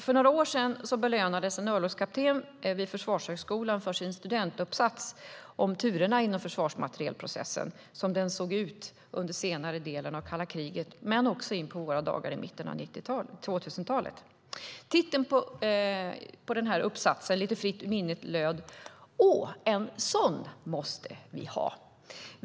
För några år sedan belönades en örlogskapten vid Försvarshögskolan för sin uppsats om turerna inom försvarsmaterielprocessen som den såg ut under senare delen av kalla kriget men också in i våra dagar i mitten av 2000-talet. Titeln på den här uppsatsen - jag återger den lite fritt ur minnet - löd: Å, en sådan måste vi ha!